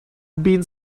been